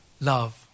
love